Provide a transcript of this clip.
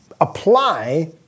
apply